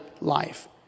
life